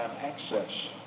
access